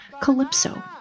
Calypso